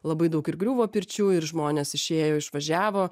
labai daug ir griuvo pirčių ir žmonės išėjo išvažiavo